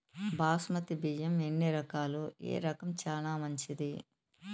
బాస్మతి బియ్యం ఎన్ని రకాలు, ఏ రకం చానా మంచిది?